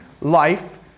life